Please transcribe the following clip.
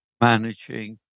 managing